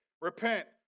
Repent